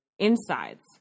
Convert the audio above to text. insides